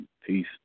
Peace